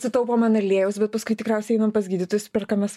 sutaupom ant aliejaus bet paskui tikriausiai einam pas gydytojus perkamas